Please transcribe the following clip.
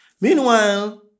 Meanwhile